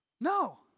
No